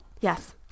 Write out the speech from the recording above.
Yes